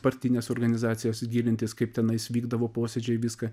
partines organizacijas gilintis kaip tenais vykdavo posėdžiai viską